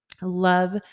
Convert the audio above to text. Love